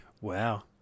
Wow